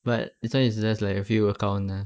but this [one] is just like a few account lah